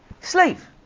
slave